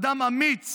אדם אמיץ